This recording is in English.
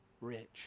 rich